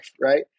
right